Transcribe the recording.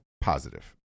positive